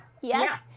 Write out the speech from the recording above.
yes